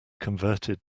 converted